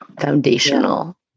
foundational